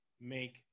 make